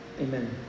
Amen